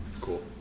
Cool